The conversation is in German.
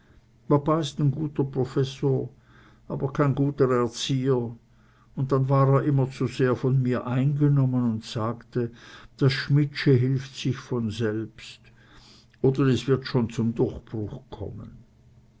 ist ein guter professor aber kein guter erzieher und dann war er immer zu sehr von mir eingenommen und sagte das schmidtsche hilft sich selbst oder es wird schon zum durchbruch kommen